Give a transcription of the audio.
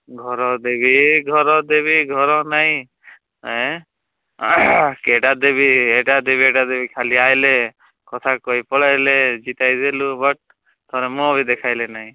ଘର ଦେବି ଘର ଦେବି ଘର ନାଇଁ ଏଁ କେ ଇଟା ଦେବି ଏଟା ଦେବି ଏଇଟା ଦେବି ଖାଲି ଆଏଲେ କଥା କହି ପଳାଇଲେ ଜିତେଇଦେଲୁ ବଟ୍ କର୍ମ ବି ଦେଖେଇଲେ ନାଇଁ